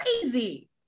crazy